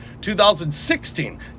2016